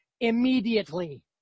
immediately